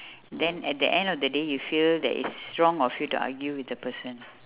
then at the end of the day you feel that it's wrong of you to argue with the person